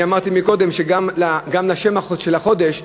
אני אמרתי קודם שגם לשם של החודש,